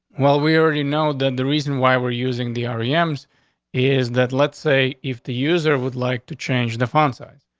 well, we already know that the reason why we're using the ari ems is that let's say, if the user would like to change the font size,